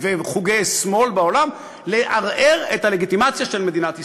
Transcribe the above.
וחוגי שמאל בעולם לערער את הלגיטימציה של מדינת ישראל.